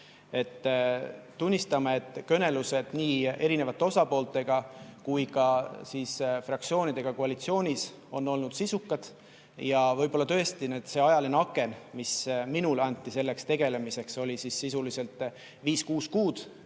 Tunnistame, et kõnelused nii eri osapooltega kui ka fraktsioonidega koalitsioonis on olnud sisukad. Tõesti, see ajaline aken, mis minule anti sellega tegelemiseks, oli sisuliselt viis-kuus kuud,